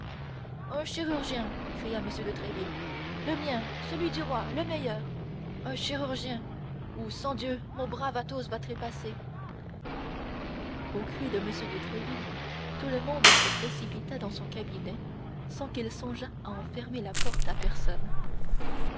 un chirurgien cria m de tréville le mien celui du roi le meilleur un chirurgien ou sangdieu mon brave athos va trépasser aux cris de m de tréville tout le monde se précipita dans son cabinet sans qu'il songeât à en fermer la porte à personne